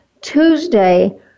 Tuesday